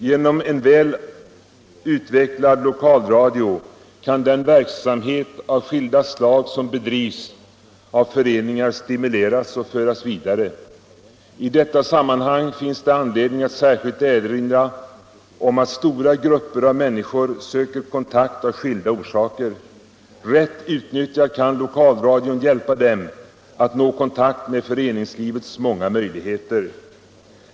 Genom en väl utvecklad lokalradio kan den verksamhet av skilda slag som bedrivs av föreningar stimuleras och föras vidare. I detta sammanhang finns det anledning att särskilt erinra om att stora grupper av människor söker kontakt av skilda orsaker. Rätt utnyttjad kan lokalradion hjälpa dem att nå kontakt med föreningslivets många möjligheter.